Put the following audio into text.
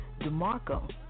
DeMarco